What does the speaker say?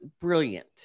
brilliant